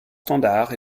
standard